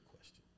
question